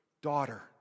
daughter